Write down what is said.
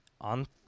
on